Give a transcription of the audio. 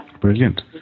Brilliant